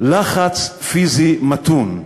"לחץ פיזי מתון".